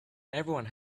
everyone